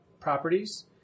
properties